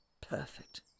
Perfect